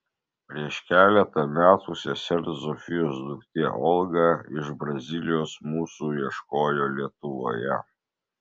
prieš keletą metų sesers zofijos duktė olga iš brazilijos mūsų ieškojo lietuvoje